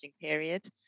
period